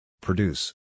Produce